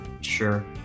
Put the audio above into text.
Sure